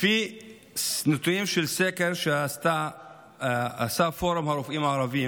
לפי נתונים של סקר שעשה פורום הרופאים הערבים,